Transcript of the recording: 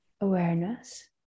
awareness